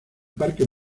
parque